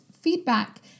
feedback